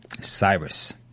cyrus